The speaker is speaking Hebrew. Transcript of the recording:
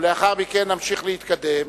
ולאחר מכן נמשיך להתקדם.